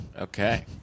Okay